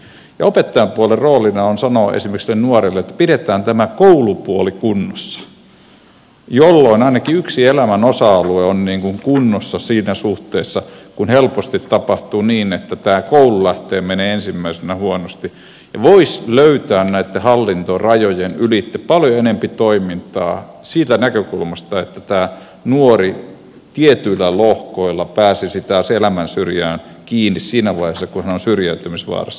opettajan puolen roolina on sanoa esimerkiksi sille nuorelle että pidetään tämä koulupuoli kunnossa jolloin ainakin yksi elämän osa alue on kunnossa siinä suhteessa kun helposti tapahtuu niin että tämä koulu lähtee menemään ensimmäisenä huonosti ja voisi löytää näitten hallintorajojen ylitse paljon enempi toimintaa siitä näkökulmasta että tämä nuori tietyillä lohkoilla pääsisi taas elämän syrjään kiinni siinä vaiheessa kun hän on syrjäytymisvaarassa